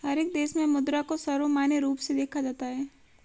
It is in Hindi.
हर एक देश में मुद्रा को सर्वमान्य रूप से देखा जाता है